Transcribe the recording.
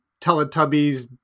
Teletubbies